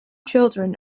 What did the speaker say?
children